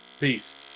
Peace